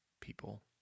people